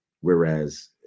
whereas